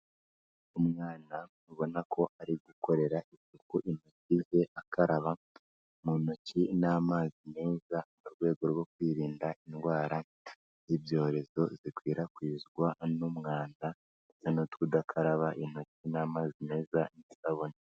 Umwana ubona ko ari gukorera isuku intoki ze, akaraba mu ntoki n'amazi meza mu rwego rwo kwirinda indwara z'ibyorezo zikwirakwizwa n'umwanda no kudakaraba intoki n'amazi meza n'isabune.